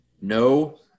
No